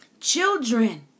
children